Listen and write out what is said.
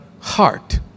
heart